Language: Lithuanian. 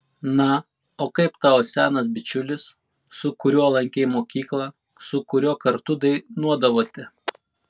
na o kaip tavo senas bičiulis su kuriuo lankei mokyklą su kuriuo kartu dainuodavote